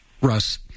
Russ